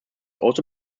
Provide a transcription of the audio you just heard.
also